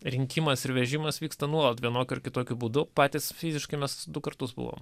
rinkimas ir vežimas vyksta nuolat vienokiu ar kitokiu būdu patys fiziškai mes du kartus buvom